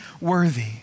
worthy